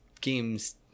games